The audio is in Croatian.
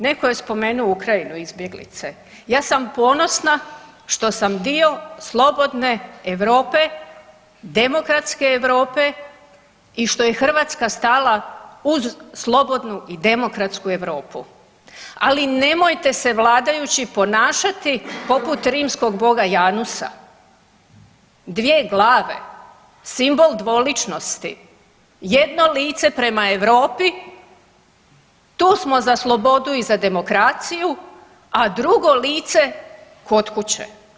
Netko je spomenuo Ukrajinu izbjeglice, ja sam ponosna što sam dio slobodne Europe, demokratske Europe i što je Hrvatska stala uz slobodnu i demokratsku Europu, ali nemojte se vladajući ponašati poput rimskog boga Janusa, dvije glave, simbol dvoličnosti, jedno lice prema Europi, tu smo za slobodu i demokraciju, a drugo lice kod kuće.